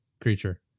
creature